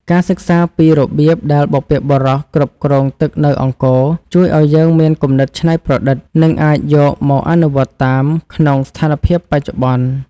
ការសិក្សាពីរបៀបដែលបុព្វបុរសគ្រប់គ្រងទឹកនៅអង្គរជួយឱ្យយើងមានគំនិតច្នៃប្រឌិត និងអាចយកមកអនុវត្តតាមក្នុងស្ថានភាពបច្ចុប្បន្ន។